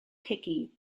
picky